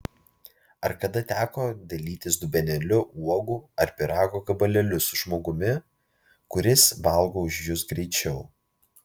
ar kada teko dalytis dubenėliu uogų ar pyrago gabalėliu su žmogumi kuris valgo už jus greičiau